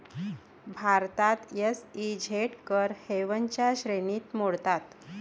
भारतात एस.ई.झेड कर हेवनच्या श्रेणीत मोडतात